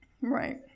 Right